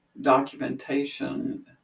documentation